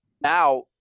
now